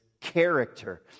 character